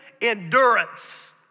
endurance